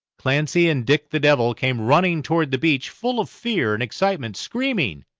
clancy and dick the devil came running toward the beach, full of fear and excitement, screaming,